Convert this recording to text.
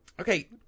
Okay